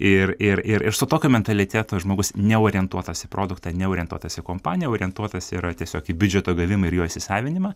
ir ir ir ir su tokiu mentalitetu žmogus neorientuotas į produktą neorientuotas į kompaniją o orientuotas yra tiesiog į biudžeto gavimą ir jo įsisavinimą